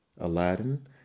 aladdin